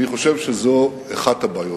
אני חושב שזו אחת הבעיות.